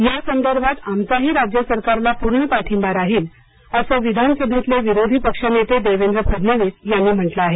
या संदर्भात आमचाही राज्य सरकारला पूर्ण पाठिंबा राहील असं विधानसभेतले विरोधीपक्ष नेते देवेंद्र फडणवीस यांनी म्हटलं आहे